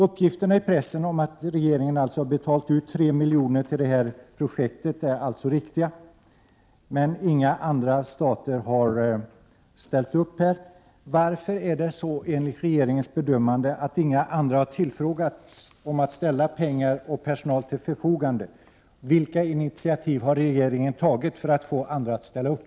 Uppgifterna i pressen om att regeringen har betalat 3 milj.kr. till projektet är alltså riktiga, men inga andra stater har ställt upp. Varför är det så, enligt regeringens bedömande, att inga andra länder har tillfrågats om att ställa pengar och personal till förfogande? Vilka initiativ har regeringen tagit för att få andra länder att ställa upp?